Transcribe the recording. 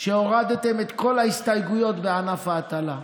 על שהורדתם את כל ההסתייגויות בענף ההטלה,